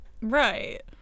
Right